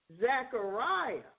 Zechariah